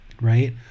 right